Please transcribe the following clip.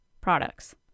products